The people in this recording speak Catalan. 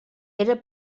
era